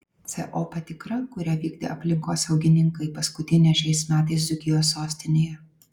co patikra kurią vykdė aplinkosaugininkai paskutinė šiais metais dzūkijos sostinėje